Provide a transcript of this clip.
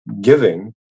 giving